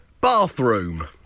Bathroom